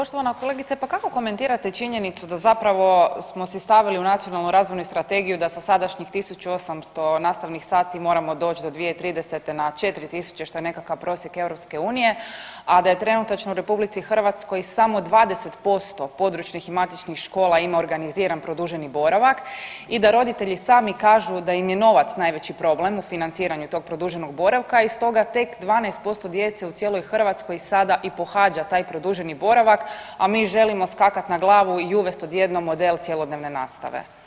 Poštovana kolegice, pa kako komentirate činjenicu da zapravo smo si stavili u Nacionalnu razvojnu strategiju da sa sadašnjih 1.800 nastavnih sati moramo doć do 2030. na 4.000, što je nekakav prosjek EU, a da je trenutačno u RH samo 20% područnih i matičnih škola ima organiziran produženi boravak i da roditelji sami kažu da im je novac najveći problem u financiranju tog produženog boravka i stoga tek 12% djece u cijeloj Hrvatskoj sada i pohađa taj produženi boravak, a mi želimo skakat na glavu i uvest odjednom model cjelodnevne nastave.